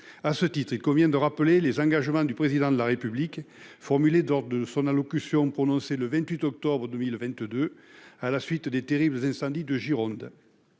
À ce titre, il convient de rappeler les engagements du Président de la République formulés lors de son allocution du 28 octobre 2022 à la suite des terribles incendies de Gironde.